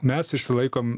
mes išsilaikom